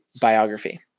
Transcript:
biography